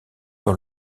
dans